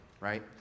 right